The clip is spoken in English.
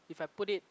if I put it